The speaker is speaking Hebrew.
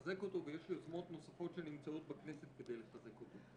לחזק אותו ויש יוזמות נוספות שנמצאות בכנסת כדי לחזק אותו.